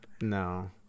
no